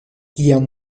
kiam